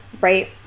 right